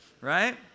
right